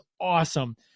awesome